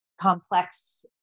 complex